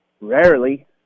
Rarely